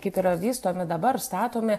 kaip yra vystomi dabar statomi